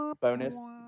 bonus